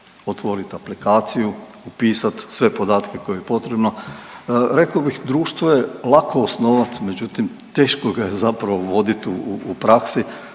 otvorit aplikaciju, upisat sve podatke koje je potrebno, reko bih društvo je lako osnovat, međutim teško ga je zapravo vodit u praksi,